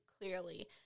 clearly